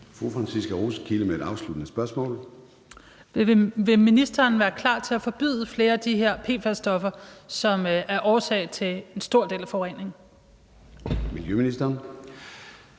Franciska Rosenkilde (ALT): Vil ministeren være klar til at forbyde flere af de her PFAS-stoffer, som er årsag til en stor del af forureningen? Kl.